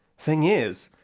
thing is,